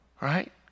Right